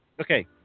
okay